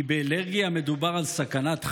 כי באלרגיה מדובר על סכנת חיים?